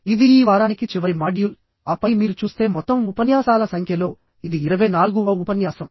ఇది ఈ వారానికి చివరి మాడ్యూల్ ఆపై మీరు చూస్తే మొత్తం ఉపన్యాసాల సంఖ్యలో ఇది 24వ ఉపన్యాసం